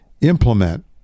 implement